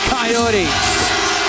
Coyotes